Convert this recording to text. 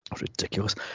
Ridiculous